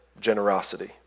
generosity